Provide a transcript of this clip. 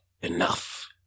Enough